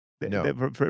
No